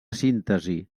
síntesi